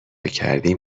کردیم